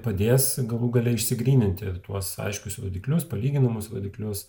padės galų gale išsigryninti ir tuos aiškius rodiklius palyginamus rodiklius